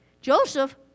Joseph